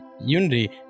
unity